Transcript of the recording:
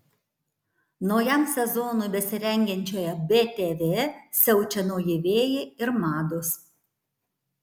naujam sezonui besirengiančioje btv siaučia nauji vėjai ir mados